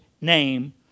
name